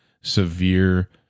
severe